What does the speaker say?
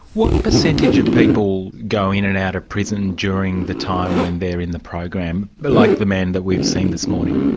what percentage of people go in and out of prison during the time when they're in the program, but like the man that we've seen this morning?